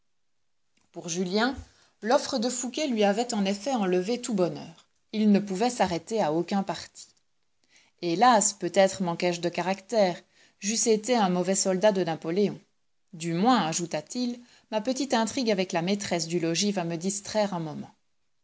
pour julien l'offre de fouqué lui avait en effet enlevé tout bonheur il ne pouvait s'arrêter à aucun parti hélas peut-être manqué je de caractère j'eusse été un mauvais soldat de napoléon du moins ajouta-t-il ma petite intrigue avec la maîtresse du logis va me distraire un moment